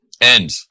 end